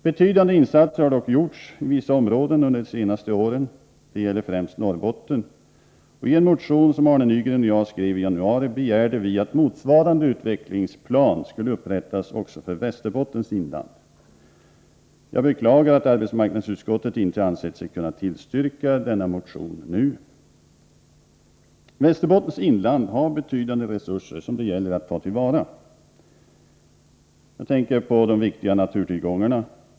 Betydande insatser har dock gjorts i vissa områden under de senaste åren. Det gäller främst Norrbotten. I en motion som Arne Nygren och jag skrev i januari begärde vi att motsvarande utvecklingsplan skulle upprättas också för Västerbottens inland. Jag beklagar att arbetsmarknadsutskottet inte ansett sig kunna tillstyrka denna motion nu. Västerbottens inland har betydande resurser som det gäller att ta till vara. Jag tänker på de viktiga naturtillgångarna.